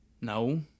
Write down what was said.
No